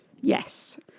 Yes